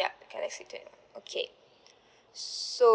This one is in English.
yup galaxy twenty okay so